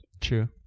True